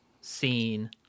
scene